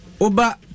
Oba